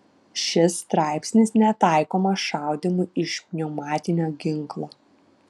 šis straipsnis netaikomas šaudymui iš pneumatinio ginklo